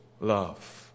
love